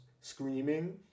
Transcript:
screaming